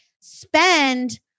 spend